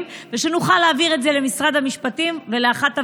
ושנוכל להעביר את זה למשרד המשפטים ולאחת הוועדות.